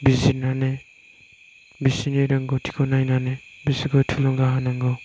बिजिरनानै बिसोरनि रोंगौथिखौ नायनानै बिसोरखौ थुलुंगा होनांगौ